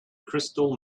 crystal